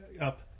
up